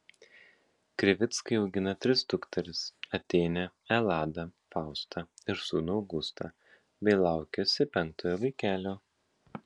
krivickai augina tris dukteris atėnę eladą faustą ir sūnų augustą bei laukiasi penktojo vaikelio